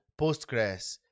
Postgres